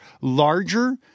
larger